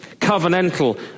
covenantal